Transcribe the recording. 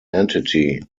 entity